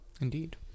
Indeed